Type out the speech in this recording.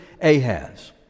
Ahaz